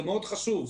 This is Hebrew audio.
זה מאוד חשוב.